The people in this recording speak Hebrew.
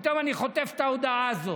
ופתאום אני חוטף את ההודעה הזאת.